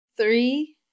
three